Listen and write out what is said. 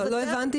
לא הבנתי